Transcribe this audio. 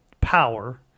power